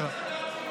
אין לכם רוב?